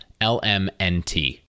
L-M-N-T